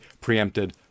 preempted